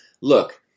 look